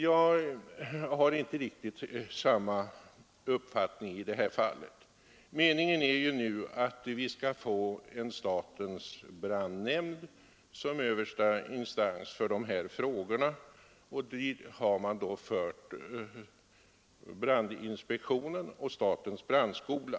Jag har inte riktigt samma uppfattning om hur detta behov skall tillgodoses. Meningen är att vi skall få en statens brandnämnd som översta instans för dessa frågor. Dit har man då fört brandinspektionen och statens brandskola.